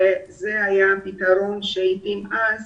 הפתרון שהתאים אז